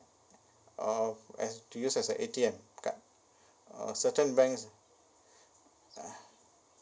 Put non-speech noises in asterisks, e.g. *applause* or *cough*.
uh to use as a A_T_M card uh certain banks *breath*